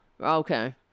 Okay